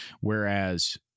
Whereas